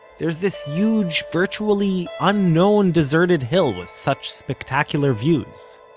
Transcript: there's this huge, virtually unknown, deserted hill with such spectacular views?